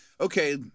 okay